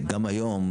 גם היום,